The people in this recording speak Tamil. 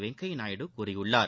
வெங்கையா நாயுடு கூறியுள்ளார்